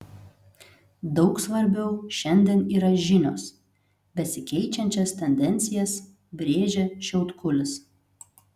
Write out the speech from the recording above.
daug svarbiau šiandien yra žinios besikeičiančias tendencijas brėžia šiautkulis